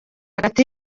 hagati